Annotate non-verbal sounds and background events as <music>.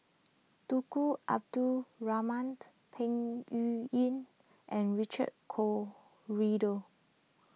Tunku Abdul Rahman <noise> Peng Yuyun and Richard Corridon